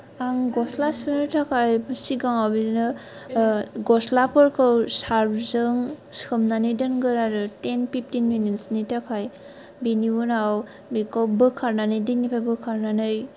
आं गस्ला सुनो थाखाय सिगाङाव बिदिनो गस्लाफोरखौ सार्फजों सोमनानै दोनगोन आरो तेन फिफ्तिन मिनित्सनि थाखाय बेनि उनाव बेखौ बोखारनानै दैनिफ्राय बोखारनानै